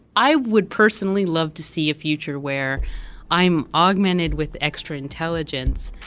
i would personally love to see a future where i'm augmented with extra intelligence,